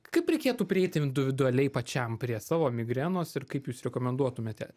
kaip reikėtų prieiti individualiai pačiam prie savo migrenos ir kaip jūs rekomenduotumėte